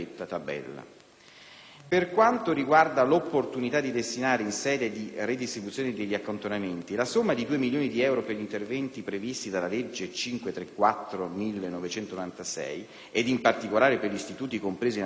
Per quanto riguarda l'opportunità di destinare, in sede di ridistribuzione degli accantonamenti, la somma di 2 milioni di euro per gli interventi previsti dalla legge n. 534 del 1996, ed in particolare per gli istituti compresi nella tabella triennale,